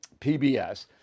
PBS